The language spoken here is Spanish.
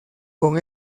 con